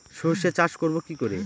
সর্ষে চাষ করব কি করে?